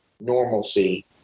normalcy